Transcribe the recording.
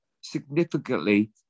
significantly